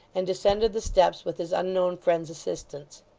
and descended the steps with his unknown friend's assistance.